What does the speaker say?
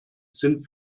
sind